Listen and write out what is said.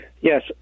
Yes